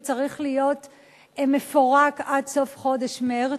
וצריך להיות מפורק עד סוף חודש מרס.